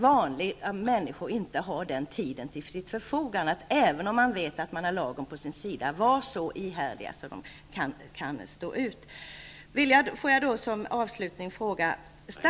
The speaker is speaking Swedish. Vanliga människor har inte så mycket tid till förfogande, även om de vet att de har lagen på sin sida, att de kan vara ihärdiga och stå på sig tills de fått fram de uppgifter de vill ha.